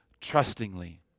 trustingly